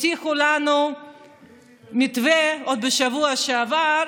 הבטיחו לנו מתווה עוד בשבוע שעבר,